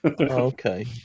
Okay